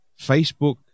Facebook